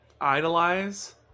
idolize